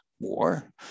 more